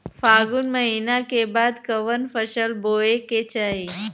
फागुन महीना के बाद कवन फसल बोए के चाही?